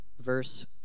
verse